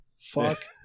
fuck